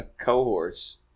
cohorts